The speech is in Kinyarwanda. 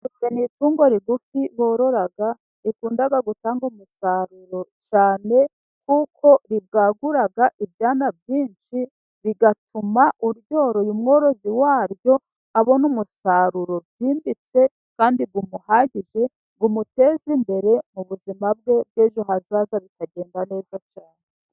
Ingurube n'itungo rigufi borora rikunda gutanga umusaruro cyane .kuko ribwagura ibyana byinshi, bituma uryoroye umworozi waryo abona umusaruro byimbitse , kandi bumuhagije bumuteza imbere mu buzima bwe bw'ejo hazaza bikagenda neza cyane.